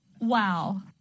Wow